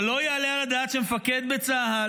אבל לא יעלה על הדעת שמפקד בצה"ל